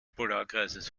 polarkreises